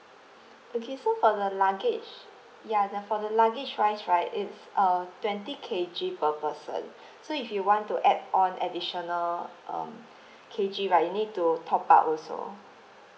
okay so for the luggage ya the for the luggage wise right is uh twenty K_G per person so if you want to add on additional um K_G right you need to top up also